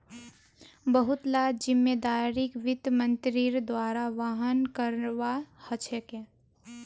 बहुत ला जिम्मेदारिक वित्त मन्त्रीर द्वारा वहन करवा ह छेके